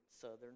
southern